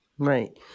Right